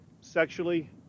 sexually